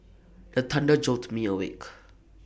the thunder jolt me awake